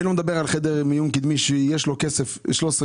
אני לא מדבר על חדר מיון קדמי שיש לו 13 מיליון